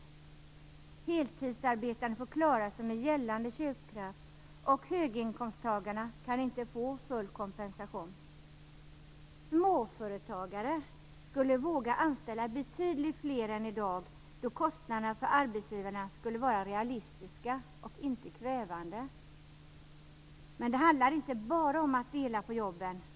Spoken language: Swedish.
Heltidsarbetande får klara sig med gällande köpkraft, och höginkomsttagarna kan inte få full kompensation. Småföretagare skulle våga anställa betydligt fler än i dag, då kostnaderna för arbetsgivarna skulle vara realistiska och inte kvävande. Men det handlar inte bara om att dela på jobben.